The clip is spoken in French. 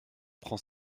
prend